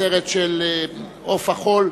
הסרט "עוף החול",